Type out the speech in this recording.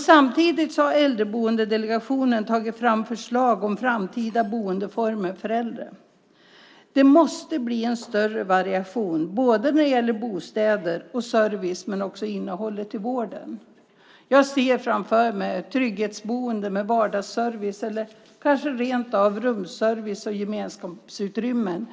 Samtidigt har Äldreboendedelegationen tagit fram förslag om framtida boendeformer för äldre. Det måste bli en större variation när det gäller både bostäder och service, men också när det gäller innehållet i vården. Jag ser framför mig trygghetsboende med vardagsservice eller kanske rent av rumsservice och gemenskapsutrymmen.